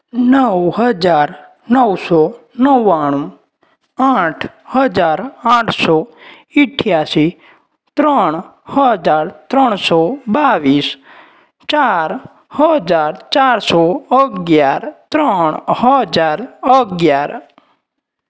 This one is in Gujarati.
નવ હજાર નવસો નવ્વાણું આઠ હજાર આઠસો ઈઠ્યાશી ત્રણ હજાર ત્રણસો બાવીસ ચાર હજાર ચારસો અગિયાર ત્રણ હજાર અગિયાર